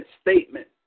statement